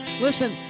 Listen